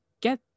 get